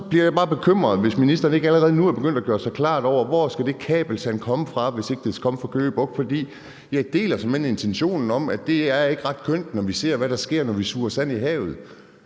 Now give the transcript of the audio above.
så bliver jeg bare bekymret, hvis ministeren ikke allerede nu er begyndt at gøre sig klart, hvor det kabelsand skal komme fra, hvis ikke det skal komme fra Køge Bugt. Jeg deler såmænd intentionen om, at det ikke er ret kønt, når vi ser, hvad der sker, når vi suger sand i havet,